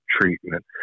treatment